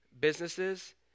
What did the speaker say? businesses